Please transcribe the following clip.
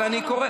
אבל אני קורא,